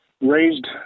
raised